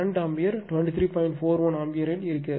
41 ஆம்பியரில் இருப்பேன்